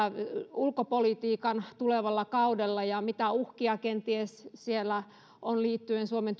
ulkopolitiikan tulevalla kaudella ja mitä uhkia kenties siellä on liittyen suomen